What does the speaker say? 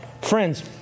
Friends